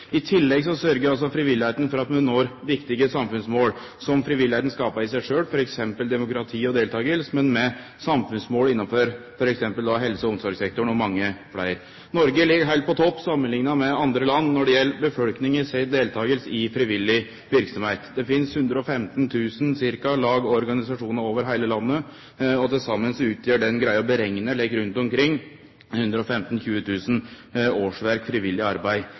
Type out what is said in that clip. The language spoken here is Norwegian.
i meiningsfylt aktivitet. I tillegg sørgjer frivilligheita for at vi når viktige samfunnsmål som frivilligheita skaper i seg sjølv, f.eks. demokrati og deltaking, men også samfunnsmål innanfor f.eks. helse- og omsorgssektoren og mange fleire. Noreg ligg heilt på topp samanlikna med andre land når det gjeld befolkninga si deltaking i frivillig verksemd. Det finst ca. 115 000 lag og organisasjonar over heile landet, og til saman utgjer det ein greier å berekne, rundt 115 000–120 000 årsverk frivillig arbeid.